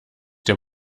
der